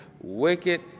wicked